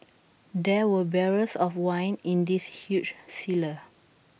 there were barrels of wine in this huge cellar